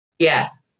Yes